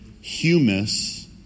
humus